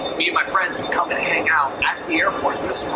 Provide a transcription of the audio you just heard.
me and my friends would come and hang out at the airport.